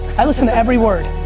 i listen to every word,